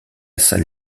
salle